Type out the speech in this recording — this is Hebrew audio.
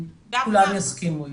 שכולם יסכימו איתי.